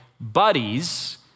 buddies